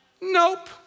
Nope